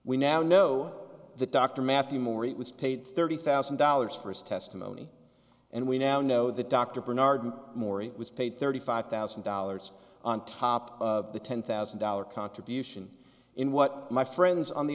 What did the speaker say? we now know that dr matthew morey was paid thirty thousand dollars for his testimony and we now know that dr bernard morey was paid thirty five thousand dollars on top of the ten thousand dollar contribution in what my friends on the